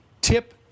tip